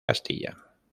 castilla